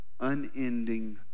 unending